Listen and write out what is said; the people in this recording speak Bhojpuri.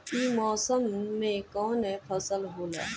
ई मौसम में कवन फसल होला?